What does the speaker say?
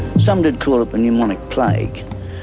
some did call it the pneumonic plague.